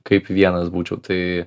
kaip vienas būčiau tai